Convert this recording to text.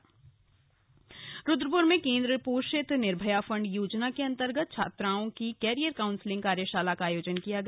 कार्यशाला रुद्रपुर रुद्रपुर में केन्द्र पोषित निर्भया फण्ड योजना के अन्तर्गत छात्राओं की कैरियर कांउन्सलिंग कार्यशाला का आयोजन किया गया